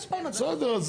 בסדר.